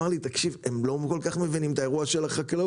הם לא כל כך מבינים את נושא החקלאות".